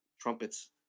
trumpets